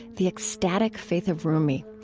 the ecstatic faith of rumi.